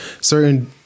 Certain